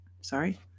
sorry